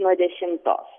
nuo dešimtos